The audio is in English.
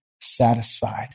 satisfied